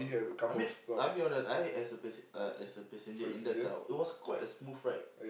I mean I'm your ride I as a passen~ uh as a passenger in the car it was quite a smooth ride